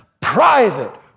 private